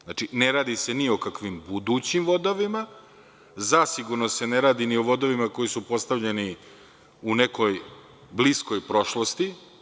Znači, ne radi se ni o kakvim budućim vodovima, zasigurno se ne radi ni o vodovima koji su postavljeni u nekoj bliskoj prošlosti.